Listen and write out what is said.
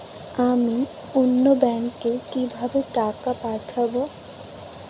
আমি অন্য ব্যাংকে কিভাবে টাকা পাঠাব?